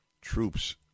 troops